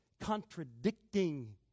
contradicting